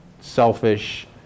selfish